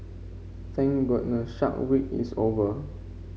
thank goodness Shark Week is over